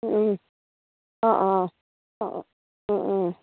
অঁ অঁ অঁ অঁ